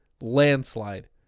landslide